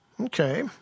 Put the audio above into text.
Okay